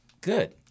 Good